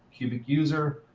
cubic user,